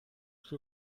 für